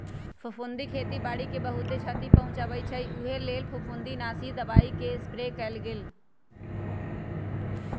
फफुन्दी खेती बाड़ी के बहुत छति पहुँचबइ छइ उहे लेल फफुंदीनाशी दबाइके स्प्रे कएल गेल